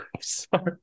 Sorry